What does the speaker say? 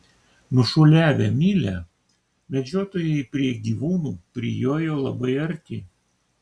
nušuoliavę mylią medžiotojai prie gyvūnų prijojo labai arti